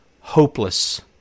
hopeless